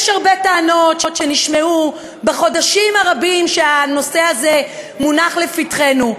יש הרבה טענות שנשמעו בחודשים הרבים שהנושא הזה מונח לפתחנו,